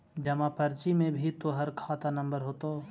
जमा पर्ची में भी तोहर खाता नंबर होतो